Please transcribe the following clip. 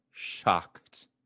shocked